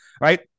right